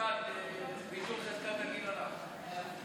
בחקיקת ביטול חזקת הגיל הרך.